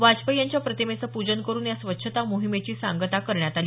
वाजपेयी यांच्या प्रतिमेचं पूजन करून या स्वच्छता मोहिमेची सांगता करण्यात आली